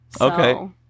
okay